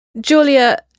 Julia